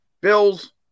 Bills